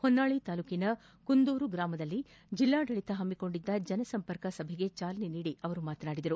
ಹೊನ್ನಾಳಿ ತಾಲ್ಲೂಕಿನ ಕುಂದೂರು ಗ್ರಾಮದಲ್ಲಿ ಜಿಲ್ಲಾಡಳಿತ ಹಮ್ಮಿಕೊಂಡಿದ್ದ ಜನ ಸಂಪರ್ಕ ಸಭೆಗೆ ಚಾಲನೆ ನೀಡಿ ಅವರು ಮಾತನಾಡಿದರು